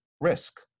risk